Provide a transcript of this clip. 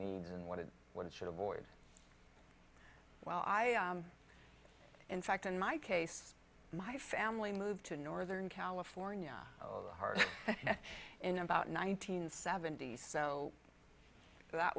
needs and what it what it should avoid well i in fact in my case my family moved to northern california over the heart in about nineteen seventy's so that